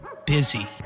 busy